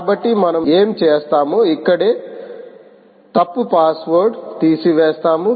కాబట్టి మనం ఏమి చేస్తామో ఇక్కడే తప్పు పాస్వర్డ్ను తీసివేస్తాము